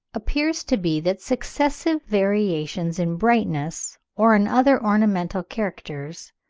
appears to be that successive variations in brightness or in other ornamental characters,